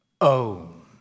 own